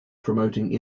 promoting